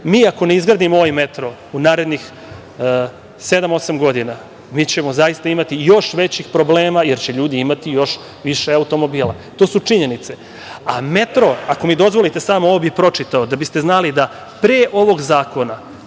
ako ne izgradimo ovaj metro u narednih sedam, osam godina, mi ćemo zaista imati još većih problema, jer će ljudi imati još više automobila. To su činjenice. Metro, ako mi dozvolite samo, ovo bih pročitao, da biste znali pre ovog zakona